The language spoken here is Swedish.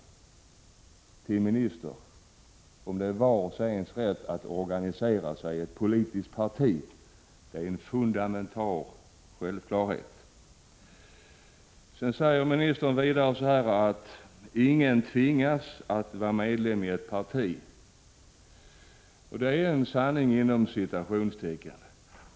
Det är en fundamental självklarhet att var och en har rätt att organisera sig i ett politiskt parti. Vidare säger ministern att ingen tvingas att vara medlem i ett parti. Det är en ”sanning” inom citationstecken.